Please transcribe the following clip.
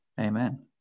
Amen